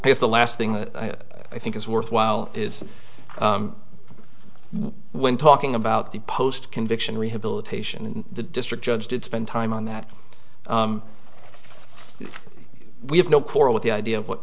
because the last thing that i think is worthwhile is when talking about the post conviction rehabilitation and the district judge did spend time on that we have no quarrel with the idea of what